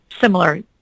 similar